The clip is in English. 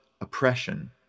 oppression